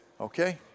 Okay